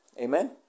Amen